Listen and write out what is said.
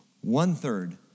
One-third